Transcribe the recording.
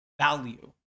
value